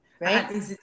right